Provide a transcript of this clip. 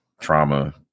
trauma